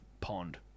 pond